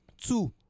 two